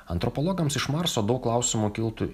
antropologams iš marso daug klausimų kiltų